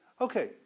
Okay